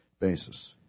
basis